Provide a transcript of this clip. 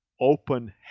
open